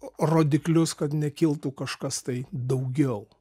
rodiklius kad nekiltų kažkas tai daugiau